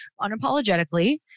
unapologetically